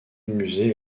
musée